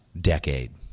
decade